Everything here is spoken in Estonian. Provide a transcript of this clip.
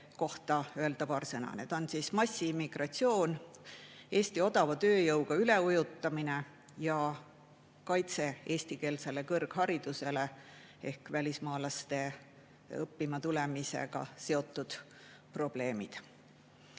sõna öelda. Need teemad on massiimmigratsioon, Eesti odava tööjõuga üleujutamine ja eestikeelse kõrghariduse kaitse ehk välismaalaste õppima tulemisega seotud probleemid.